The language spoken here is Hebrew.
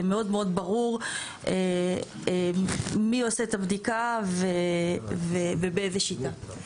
מאוד מאוד ברור מי עושה את הבדיקה ובאיזה שיטה.